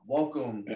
Welcome